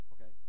okay